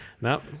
No